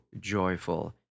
joyful